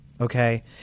okay